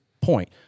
point